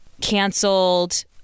canceled